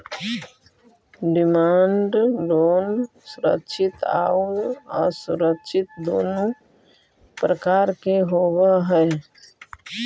demand loan सुरक्षित आउ असुरक्षित दुनों प्रकार के होवऽ हइ